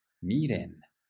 Miren